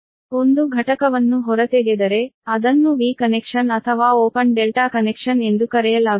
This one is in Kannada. ಒಂದು ಘಟಕವನ್ನು ಹೊರತೆಗೆದರೆ ಅದನ್ನು V ಕನೆಕ್ಷನ್ ಅಥವಾ ಓಪನ್ ಡೆಲ್ಟಾ ಕನೆಕ್ಷನ್ ಎಂದು ಕರೆಯಲಾಗುತ್ತದೆ